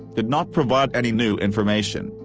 did not provide any new information,